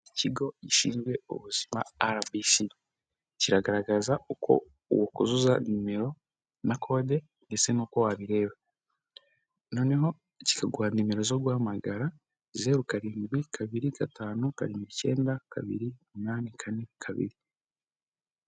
Ikigo gishinzwe ubuzima RBC, kiragaragaza uko wakuzuza nimero na kode ndetse n'uko wabireba, noneho kikaguha nimero zo guhamagara, zeru, karindwi, kabiri, gatanu, karindwi, icyenda, kabiri, umunani, kane, kabiri.